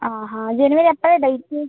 ആ ഹാ ജനുവരി എപ്പോഴാണ് ഡേറ്റ്